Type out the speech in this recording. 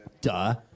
Duh